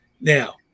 now